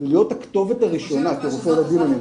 להיות הכתובת הראשונה כרופא ילדים.